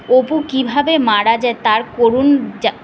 অপু কীভাবে মারা যায় তার করুণ যা